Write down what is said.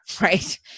right